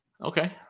Okay